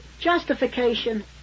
justification